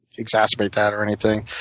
exacerbate that or anything.